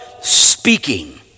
speaking